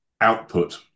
output